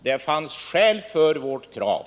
Det fanns skäl för vårt krav.